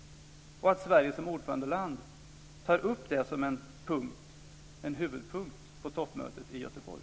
Kan Sverige som ordförandeland ta upp det som en huvudpunkt på toppmötet i Göteborg?